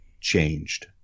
changed